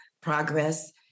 Progress